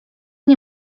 nie